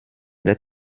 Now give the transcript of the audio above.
der